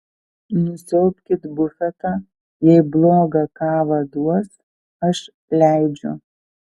nusiaubkit bufetą jei blogą kavą duos aš leidžiu